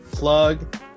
Plug